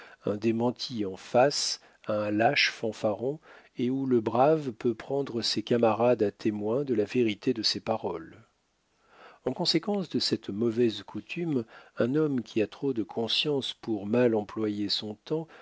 un démenti en face à un lâche fanfaron et où le brave peut prendre ses camarades à témoin de la vérité de ses paroles en conséquence de cette mauvaise coutume un homme qui a trop de conscience pour mal employer son temps